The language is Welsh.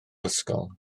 ysgol